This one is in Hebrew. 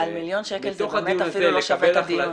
-- על מיליון שקל זה באמת אפילו לא שווה את הדיון.